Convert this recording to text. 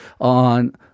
on